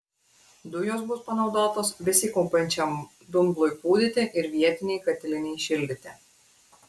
dujos bus panaudotos besikaupiančiam dumblui pūdyti ir vietinei katilinei šildyti